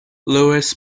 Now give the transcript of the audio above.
louis